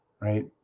right